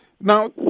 Now